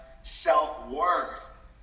self-worth